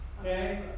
Okay